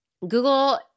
Google